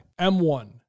M1